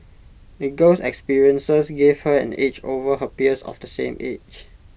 the girl's experiences gave her an edge over her peers of the same age